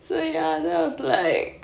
so ya then I was like